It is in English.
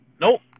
nope